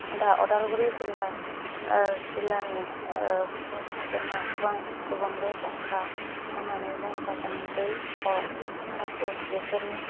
दा उदालगुरि जिल्ला जिल्लानि जोंहा गोबां गुबुंले फुंखा होननानै बुङोब्ला जों दै अर धातु बेफोरनिफ्रायसो